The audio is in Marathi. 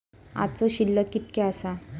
आजचो शिल्लक कीतक्या आसा?